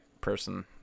person